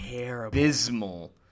abysmal